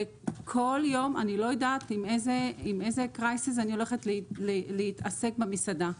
וכל יום אני לא יודעת עם איזה קרייסיס אני הולכת להתעסק במסעדה.